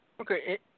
Okay